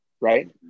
right